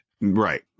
Right